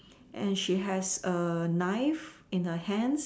and she has a knife in her hands